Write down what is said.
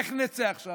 איך נצא עכשיו?